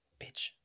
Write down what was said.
bitch